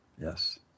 Yes